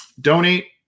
donate